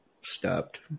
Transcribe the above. stopped